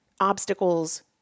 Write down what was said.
Obstacles